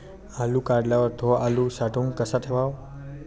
आलू काढल्यावर थो आलू साठवून कसा ठेवाव?